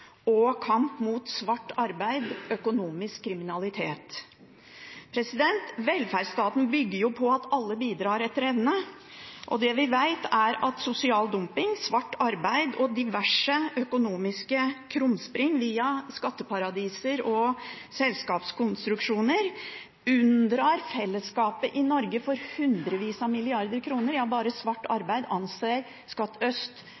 og kamp mot svart arbeid og økonomisk kriminalitet. Velferdsstaten bygger på at alle bidrar etter evne, og det vi vet, er at sosial dumping, svart arbeid og diverse økonomiske krumspring via skatteparadiser og selskapskonstruksjoner unndrar fellesskapet i Norge for hundrevis av milliarder kroner – ja bare svart arbeid anser Skatt øst